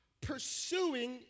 pursuing